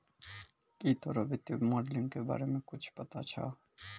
की तोरा वित्तीय मोडलिंग के बारे मे कुच्छ पता छौं